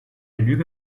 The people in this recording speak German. lüge